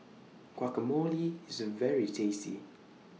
Guacamole IS very tasty